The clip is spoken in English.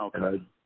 Okay